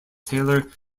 taylor